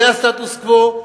זה הסטטוס-קוו,